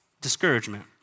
discouragement